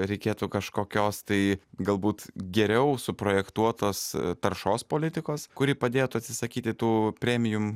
reikėtų kažkokios tai galbūt geriau suprojektuotas taršos politikos kuri padėtų atsisakyti tų premijum